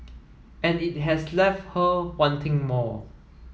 and it has left her wanting more